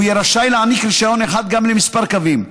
והוא יהיה רשאי להעניק רישיון אחד גם לכמה קווים,